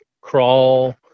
crawl